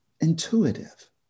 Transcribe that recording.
intuitive